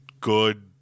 good